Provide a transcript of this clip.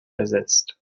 ersetzt